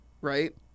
right